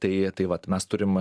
tai tai vat mes turim